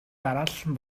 дараалан